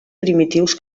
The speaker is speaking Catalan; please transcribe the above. primitius